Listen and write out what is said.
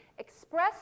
express